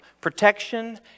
protection